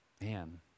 Man